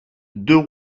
deux